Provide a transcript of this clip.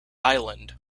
island